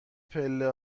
پله